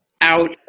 out